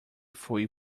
fui